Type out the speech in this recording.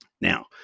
Now